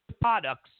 products